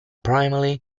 primarily